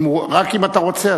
רק אם אתה רוצה,